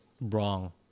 wrong